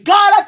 God